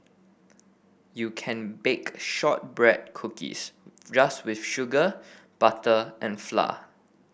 you can bake shortbread cookies just with sugar butter and flour